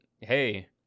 hey